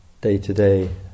day-to-day